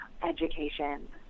Education